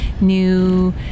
new